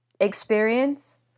experience